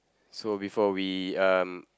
so before we um